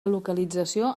localització